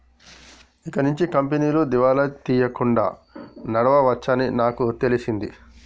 ఇకనుంచి కంపెనీలు దివాలా తీయకుండా నడవవచ్చని నాకు తెలిసింది